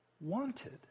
wanted